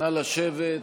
נא לשבת.